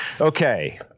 Okay